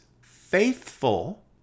faithful